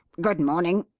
good morning!